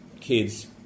kids